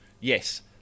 Yes